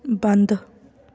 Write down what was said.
ਬੰਦ